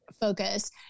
focus